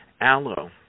Aloe